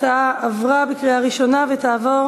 ההצעה להעביר